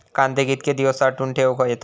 कांदे कितके दिवस साठऊन ठेवक येतत?